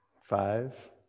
five